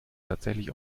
tatsächlich